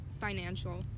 financial